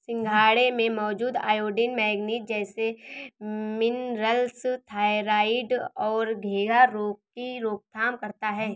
सिंघाड़े में मौजूद आयोडीन, मैग्नीज जैसे मिनरल्स थायरॉइड और घेंघा रोग की रोकथाम करता है